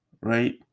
right